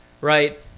right